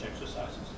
exercises